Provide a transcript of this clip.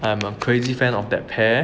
I am a crazy fan of that pair